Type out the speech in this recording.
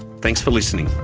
thanks for listening